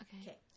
Okay